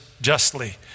justly